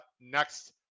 Next